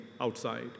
outside